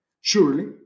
Surely